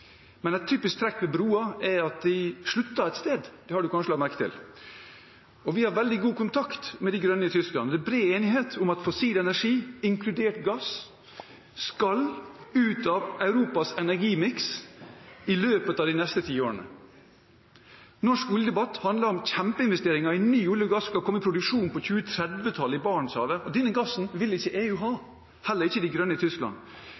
Men et typisk trekk ved broer er at de slutter et sted. Det har representanten kanskje lagt merke til. Vi har veldig god kontakt med De Grønne i Tyskland. Det er bred enighet om at fossil energi, inkludert gass, skal ut av Europas energimiks i løpet av de neste tiårene. Norsk oljedebatt handler om kjempeinvesteringer i ny olje og gass skal komme i produksjon på 2020- og 2030-tallet i Barentshavet. Denne gassen vil ikke EU ha, heller ikke De Grønne i Tyskland.